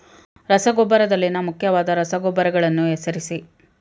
ರಸಗೊಬ್ಬರದಲ್ಲಿನ ಮುಖ್ಯವಾದ ರಸಗೊಬ್ಬರಗಳನ್ನು ಹೆಸರಿಸಿ?